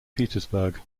petersburg